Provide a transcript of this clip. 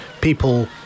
people